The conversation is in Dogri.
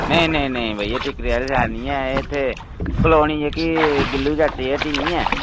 नेईं नेईं नेईं भैया टिक्करी आह्ली साइड निं ऐ एह् इत्थें कलोनी जेह्की गिल्लु चाचे दी हट्टी निं ऐ